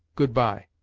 good-bye.